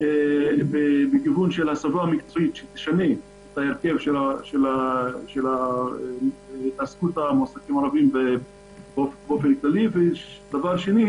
מאמצים לכיוון הסבה מקצועית באופן כללי, ושנית,